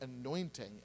anointing